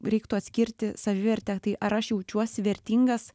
reiktų atskirti savivertę tai ar aš jaučiuosi vertingas